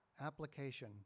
application